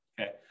Okay